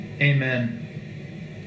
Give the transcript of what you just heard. Amen